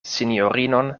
sinjorinon